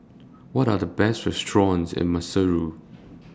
What Are The Best restaurants in Maseru